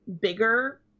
bigger